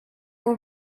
were